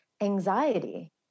Anxiety